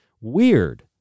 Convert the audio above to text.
Weird